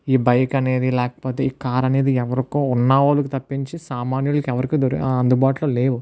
ఈ బైక్ అనేది లేకపోతే ఈ కార్ అనేది ఎవరికో ఉన్నవాళ్లకి తప్పించి సామాన్యులు ఎవరికీ దొ అందుబాటులో లేవు